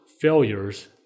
failures